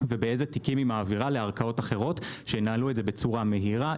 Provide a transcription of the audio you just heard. ואיזה תיקים היא מעבירה לערכאות אחרות שינהלו את זה בצורה מהירה,